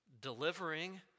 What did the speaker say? delivering